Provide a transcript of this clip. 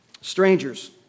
Strangers